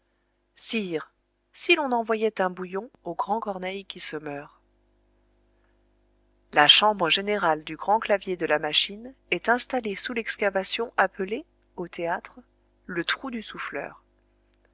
sire si l'on envoyait un bouillon au grand corneille qui se meurt la chambre générale du grand clavier de la machine est installée sous l'excavation appelée au théâtre le trou du souffleur